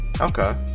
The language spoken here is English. okay